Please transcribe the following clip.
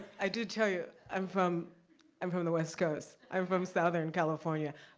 i did tell you, i'm from i'm from the west coast, i'm from southern california,